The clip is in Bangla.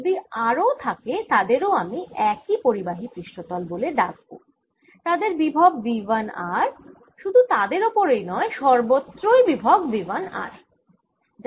যদি আরও থাকে তাদের ও আমি একই পরিবাহী পৃষ্ঠতল বলে ডাকব যাদের বিভব V 1 r শুধু তাদের ওপরেই নয় সর্বত্রই বিভব V 1 r